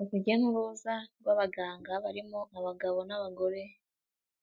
Urujya n'uruza rw'abaganga barimo abagabo n'abagore,